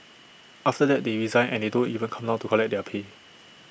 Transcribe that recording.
after that they resign and they don't even come down to collect their pay